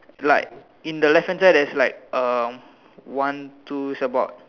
like in the left hand side there's like um one two surfboard